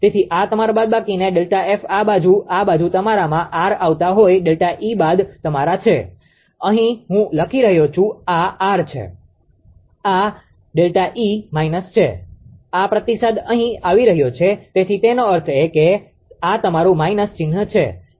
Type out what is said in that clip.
તેથી આ તમારા બાદબાકીને ΔF આ બાજુ આ બાજુ તમારામાં આર આવતા હોય ΔE બાદ તમારા છે અહીં હું લખી રહ્યો છું આ આર છે આ છે ΔE માઈનસ આ પ્રતિસાદ અહીં આવી રહ્યો છે તેથી તેનો અર્થ એ કે આ તમારું માઇનસ ચિન્હ છે